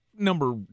Number